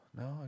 no